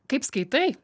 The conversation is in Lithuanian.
kaip skaitai